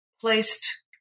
placed